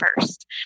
first